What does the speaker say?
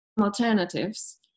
alternatives